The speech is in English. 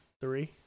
three